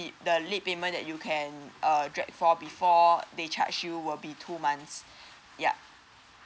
the payment that you can uh drag for before they charge you will be two months yeah